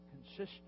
consistent